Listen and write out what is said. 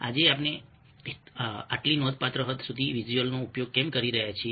આજે આપણે આટલી નોંધપાત્ર હદ સુધી વિઝ્યુઅલનો ઉપયોગ કેમ કરી રહ્યા છીએ